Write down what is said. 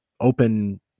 open